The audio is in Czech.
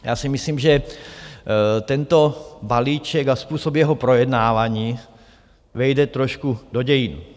Já si myslím, že tento balíček a způsob jeho projednávání vejde do dějin.